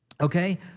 okay